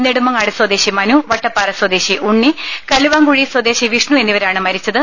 നെടുമങ്ങാട് സ്വദേശി മനു വട്ടപ്പാറ സ്വദേശി ഉണ്ണി കല്ലുവാങ്കുഴി സ്വദേശി വിഷ്ണു എന്നിവരാണ് മരിച്ചത്